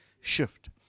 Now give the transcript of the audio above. shift